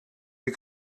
you